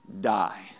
die